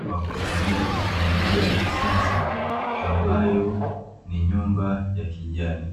kwa kutumia tekinolojia ya kisasa ambayo ni nyumba ya kijani.